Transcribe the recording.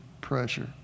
pressure